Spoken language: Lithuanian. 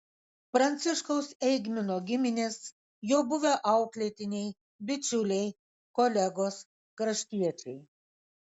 pranciškaus eigmino giminės jo buvę auklėtiniai bičiuliai kolegos kraštiečiai